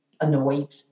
annoyed